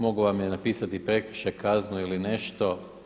Mogao vam je napisati prekršaj, kaznu ili nešto.